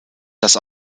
das